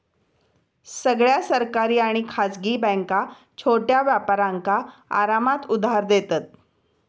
सगळ्या सरकारी आणि खासगी बॅन्का छोट्या व्यापारांका आरामात उधार देतत